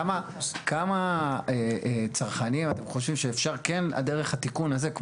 כמה צרכנים אתם חושבים שאפשר כן דרך התיקון הזה,